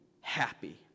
happy